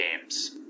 Games